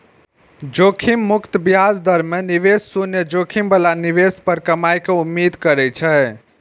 जोखिम मुक्त ब्याज दर मे निवेशक शून्य जोखिम बला निवेश पर कमाइ के उम्मीद करै छै